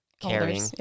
carrying